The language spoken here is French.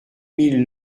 mille